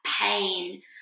pain